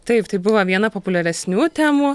taip tai buvo viena populiaresnių temų